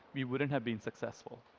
we wouldn't have been successful.